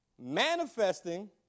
manifesting